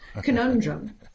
conundrum